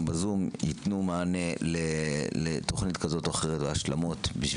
בזום יתנו מענה לתכנית כזאת או אחרת ולהשלמות.